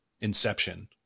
Inception